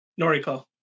Noriko